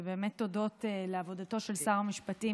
ובאמת הודות לעבודתו של שר המשפטים